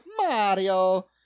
Mario